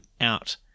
out